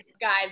Guys